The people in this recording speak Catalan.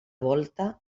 volta